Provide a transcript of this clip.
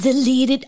Deleted